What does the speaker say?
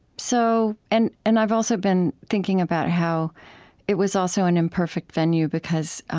so and and i've also been thinking about how it was also an imperfect venue because